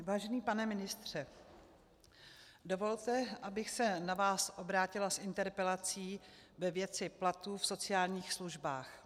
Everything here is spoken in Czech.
Vážný pane ministře, dovolte, abych se na vás obrátila s interpelací ve věci platů v sociálních službách.